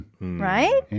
Right